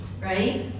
right